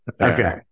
Okay